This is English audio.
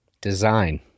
design